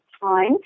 Fine